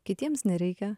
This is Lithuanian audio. kitiems nereikia